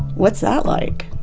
what's that like?